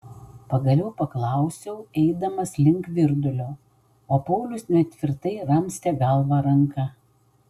pagaliau paklausiau eidamas link virdulio o paulius netvirtai ramstė galvą ranka